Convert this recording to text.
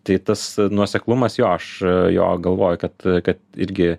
tai tas nuoseklumas jo aš jo galvoju kad kad irgi